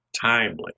timely